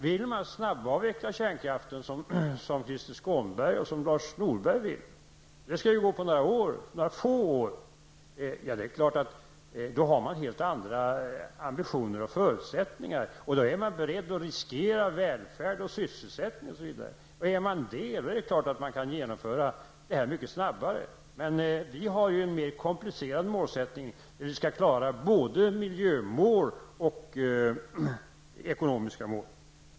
Vill man snabbavveckla kärnkraften på några få år, vilket Krister Skånberg och Lars Norberg vill, har man helt andra ambitioner och förutsättningar. Då är man beredd att riskera välfärd och sysselsättning osv. Är man detta kan man självfallet genomföra en avveckling mycket snabbare. Men regeringen har en mer komplicerad målsättning där vi skall klara av att uppnå både miljömål och ekonomiska mål.